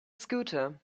scooter